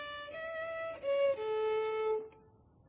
Det er